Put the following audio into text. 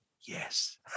yes